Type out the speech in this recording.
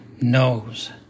knows